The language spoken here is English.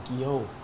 yo